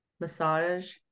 massage